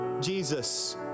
Jesus